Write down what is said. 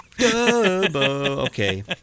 Okay